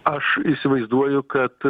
aš įsivaizduoju kad